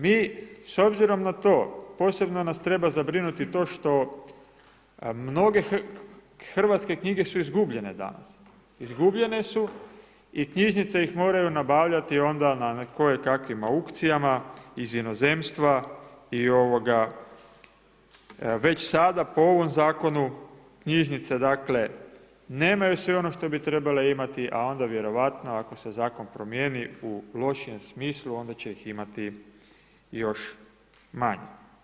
Mi, s obzirom na to, posebno nas treba zabrinuti to što mnogi hrvatske knjige su izgubljene danas, izgubljene su i knjižnice su ih moraju nabavljati onda na koje kakvim aukcijama, iz inozemstva, i ovoga, već sada, po ovom zakonu, knjižnice nemaju sve ono što bi trebale imati, a onda vjerojatno, ako se zakon promjeni, u lošijem smislu, onda će ih imati još manje.